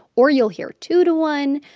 or you'll hear two to one.